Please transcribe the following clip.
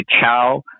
Chow